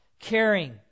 Caring